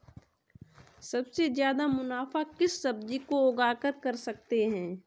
सबसे ज्यादा मुनाफा किस सब्जी को उगाकर कर सकते हैं?